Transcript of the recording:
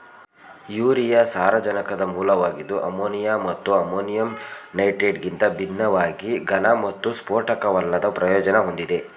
urea ಸಾರಜನಕದ ಮೂಲವಾಗಿದ್ದು ammonia ಮತ್ತು ಅಮೋನಿಯಂ ನೈಟ್ರೇಟ್ಗಿಂತ ಭಿನ್ನವಾಗಿ ಘನ ಮತ್ತು ಸ್ಫೋಟಕವಲ್ಲದ ಪ್ರಯೋಜನ ಹೊಂದಿದೆ